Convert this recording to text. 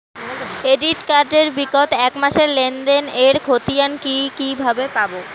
Credit card এর বিগত এক মাসের লেনদেন এর ক্ষতিয়ান কি কিভাবে পাব?